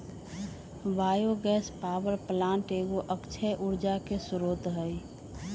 bio gas power plant एगो अक्षय ऊर्जा के स्रोत हइ